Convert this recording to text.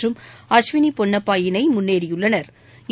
மற்றும் அஸ்வினி பொன்னப்பா இணை முன்னேறியுள்ளனா்